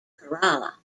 kerala